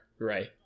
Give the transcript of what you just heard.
right